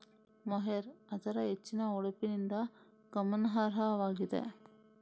mohair ಅದರ ಹೆಚ್ಚಿನ ಹೊಳಪಿನಿಂದ ಗಮನಾರ್ಹವಾಗಿದೆ